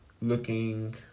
looking